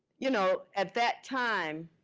you know, at that time,